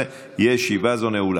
להכנה לקריאה שנייה ושלישית.